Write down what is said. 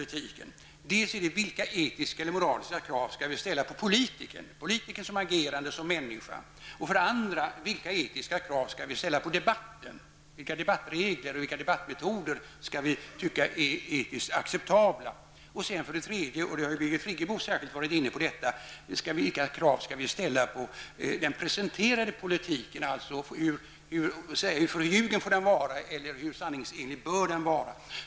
För det första är det vilka etiska och moraliska krav som skall ställas på politikern, dvs. politikern som agerande och som människa. För det andra vilka etiska krav som skall ställas på debatten, dvs. vilka debattregler och debattmetoder som vi skall anse etiskt acceptabla. För det tredje vilka krav som skall ställas på den presenterade politiken -- särskilt Birgit Friggebo har diskuterat detta -- dvs. hur förljugen får den och hur sanningsenlig bör den vara.